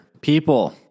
people